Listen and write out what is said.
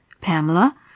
Pamela